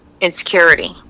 insecurity